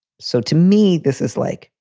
so to me, this is like,